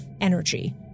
energy